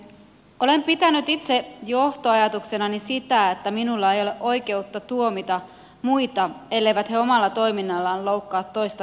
olen pitänyt itse johtoajatuksenani sitä että minulla ei ole oikeutta tuomita muita elleivät he omalla toiminnallaan loukkaa toista ihmistä